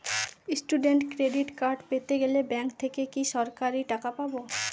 Student credit card পেতে গেলে bank থেকে কি সরাসরি টাকা পাবো?